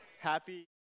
Happy